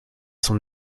son